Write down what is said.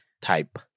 type